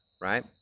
right